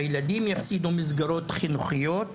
הילדים יפסידו מסגרות חינוכיות,